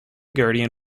guardian